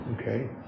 okay